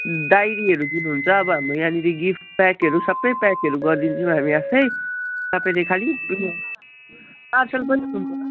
डायरीहरू दिनुहुन्छ अब हाम्रो यहाँनिर गिफ्ट प्याकहरू सबै प्याकहरू गरिदिन्छौँ हामी आफै तपाईँले खालि ऊ यो पार्सल पनि